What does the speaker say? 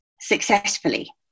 successfully